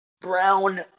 Brown